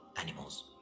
animals